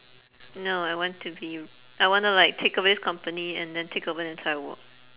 no I want to be I wanna like take over this company and then take over the entire world